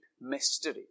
mystery